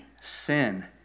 sin